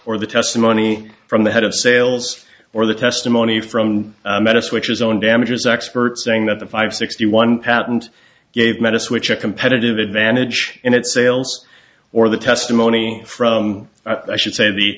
or the testimony from the head of sales or the testimony from madison which is on damages experts saying that the five sixty one patent gave medicine which a competitive advantage in its sales or the testimony from i should say the